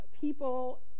people